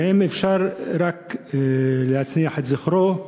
ואם אפשר רק להנציח את זכרו,